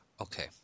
Okay